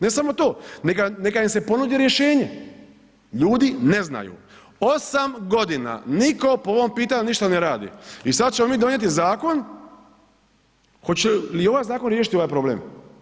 Ne samo to, neka im se ponudi rješenje, ljudi ne znaju, 8 g. nitko po ovom pitanju ništa ne radi i sad ćemo mi donijeti zakon, hoće li ovaj zakon riješiti ovaj problem?